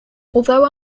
although